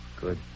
Good